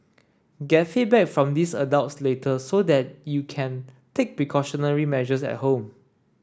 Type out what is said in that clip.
get feedback from these adults later so that you can take precautionary measures at home